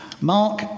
Mark